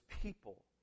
people